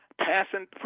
passing